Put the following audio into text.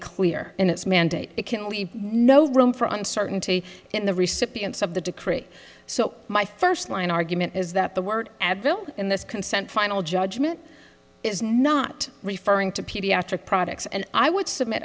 clear in its mandate it can leave no room for uncertainty in the recipients of the decree so my first line argument is that the word advil in this consent final judgment is not referring to pediatric products and i would submit